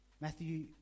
Matthew